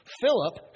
Philip